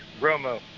Romo